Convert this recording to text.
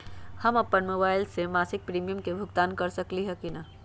हम अपन मोबाइल से मासिक प्रीमियम के भुगतान कर सकली ह की न?